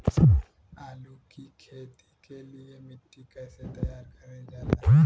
आलू की खेती के लिए मिट्टी कैसे तैयार करें जाला?